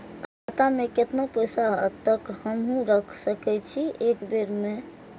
खाता में केतना पैसा तक हमू रख सकी छी एक बेर में?